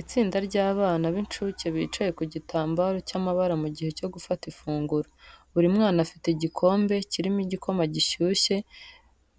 Itsinda ry’abana b’incuke bicaye ku gitambaro cy’amabara mu gihe cyo gufata ifunguro. Buri mwana afite igikombe kirimo igikoma gishyushye,